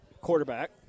quarterback